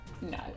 No